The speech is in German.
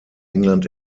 england